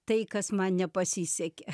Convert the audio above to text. tai kas man nepasisekė